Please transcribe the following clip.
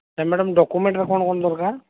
ନାଇ ମାଡାମ୍ ଡକ୍ୟୁମେଣ୍ଟ୍ର କ'ଣ କ'ଣ ଦରକାର